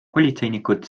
politseinikud